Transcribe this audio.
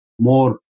more